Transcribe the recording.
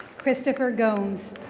christopher gomes.